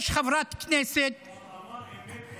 יש חברת כנסת, אמר אמת, ואטורי.